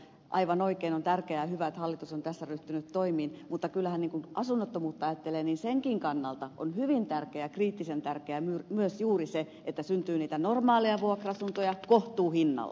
aivan oikein on tärkeää ja hyvä että hallitus on tässä ryhtynyt toimiin mutta kyllähän kun asunnottomuutta ajattelee niin senkin kannalta on hyvin tärkeää kriittisen tärkeää myös juuri se että syntyy niitä normaaleja vuokra asuntoja kohtuuhinnalla